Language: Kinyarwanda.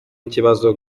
ikibazo